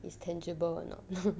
is tangible or not